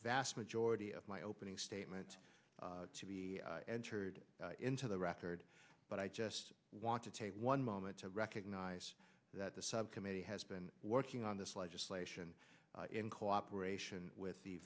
vast majority of my opening statement to be entered into the record but i just want to take one moment to recognize that the subcommittee has been working on this legislation in cooperation with the